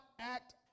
act